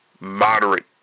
moderate